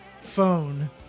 phone